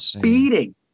beating